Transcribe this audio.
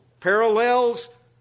parallels